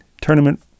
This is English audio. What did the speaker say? tournament